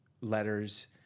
Letters